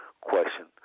question